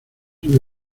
una